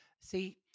See